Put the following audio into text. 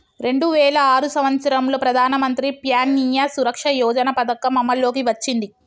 రెండు వేల ఆరు సంవత్సరంలో ప్రధానమంత్రి ప్యాన్య సురక్ష యోజన పథకం అమల్లోకి వచ్చింది